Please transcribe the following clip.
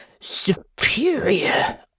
superior